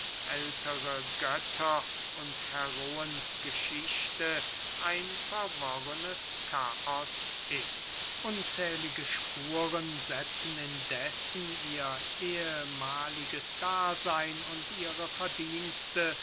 ältere götter und heroengeschichte ein verworrenes chaos ist unzählige spuren setzen indessen ihr ehmaliges daseyn und ihre verdienste